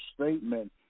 statement